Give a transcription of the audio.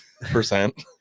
percent